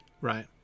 Right